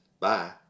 Bye